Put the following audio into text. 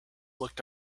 looked